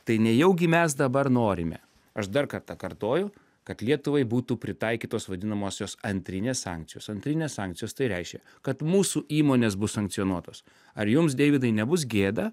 tai nejaugi mes dabar norime aš dar kartą kartoju kad lietuvai būtų pritaikytos vadinamosios antrinės sankcijos antrinės sankcijos tai reiškia kad mūsų įmonės bus sankcionuotos ar jums deividai nebus gėda